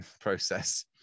process